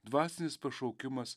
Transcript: dvasinis pašaukimas